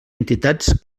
entitats